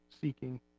seeking